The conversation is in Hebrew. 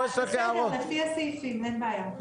אעיר לפי הסעיפים, אין בעיה.